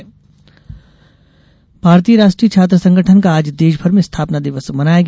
स्थापना दिवस भारतीय राष्ट्रीय छात्र संगठन का आज देशभर में स्थापना दिवस मनाया गया